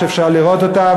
שאפשר לראות אותה.